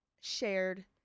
shared